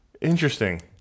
interesting